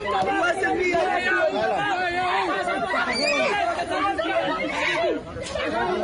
אילו נהלים יש להם במפגש של השוטר עם